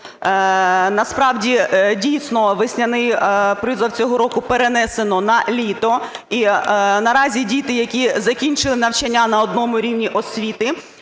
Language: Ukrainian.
Насправді, дійсно, весняний призов цього року перенесено на літо. І наразі діти, які закінчили навчання на одному рівні освіти,